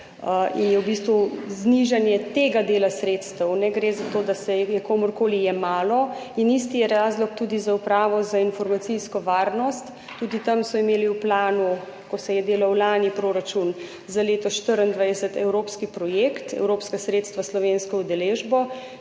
je v bistvu znižanje tega dela sredstev. Ne gre za to, da se je komurkoli jemalo. In isti je razlog tudi za Urad za informacijsko varnost, tudi tam so imeli v planu, ko se je delal lani proračun za leto 2024, evropski projekt, evropska sredstva s slovensko udeležbo,